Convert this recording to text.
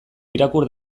irakur